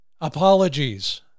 apologies